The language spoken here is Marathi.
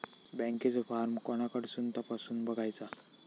बँकेचो फार्म कोणाकडसून तपासूच बगायचा?